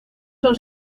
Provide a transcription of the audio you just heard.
son